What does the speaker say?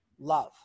love